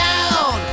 Down